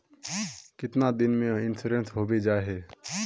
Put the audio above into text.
कीतना दिन में इंश्योरेंस होबे जाए है?